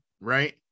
right